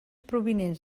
provinents